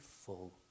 full